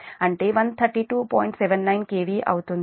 79 kVఅవుతుంది